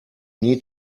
need